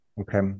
okay